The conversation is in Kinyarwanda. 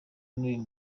rw’uyu